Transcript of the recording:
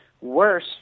worse